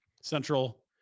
central